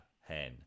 hen